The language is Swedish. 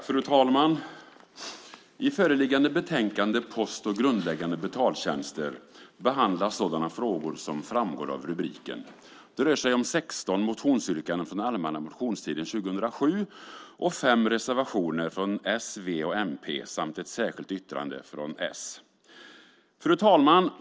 Fru talman! I föreliggande betänkande Post och grundläggande betaltjänster behandlas sådana frågor som framgår av rubriken. Det rör sig om 16 motionsyrkanden från allmänna motionstiden 2007 och fem reservationer från s, v och mp samt ett särskilt yttrande från s. Fru talman!